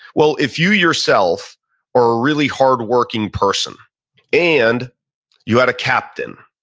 well, if you yourself are a really hardworking person and you had a captain